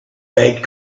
fight